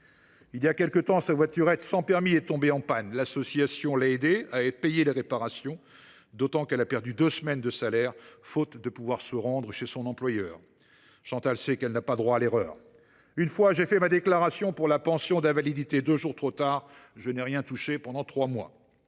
Il y a quelque temps, sa voiturette sans permis est tombée en panne ; l’association l’a aidée à payer les réparations, d’autant qu’elle a perdu deux semaines de salaire, faute de pouvoir se rendre chez son employeur. Chantal sait qu’elle n’a pas droit à l’erreur :« Une fois, j’ai fait ma déclaration pour la pension d’invalidité deux jours trop tard. Je n’ai rien touché pendant trois mois.